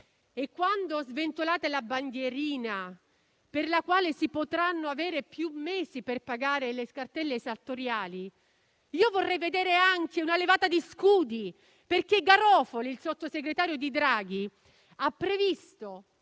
Quando sventolate la bandierina per la quale si potranno avere più mesi per pagare le cartelle esattoriali, vorrei vedere anche una levata di scudi, perché il sottosegretario di Stato alla Presidenza